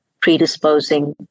predisposing